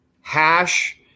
hash